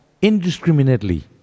Indiscriminately